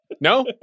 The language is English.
No